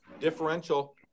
differential